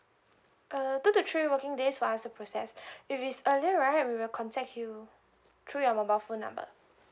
uh two to three working days for us to process if it's earlier right we will contact you through your mobile phone number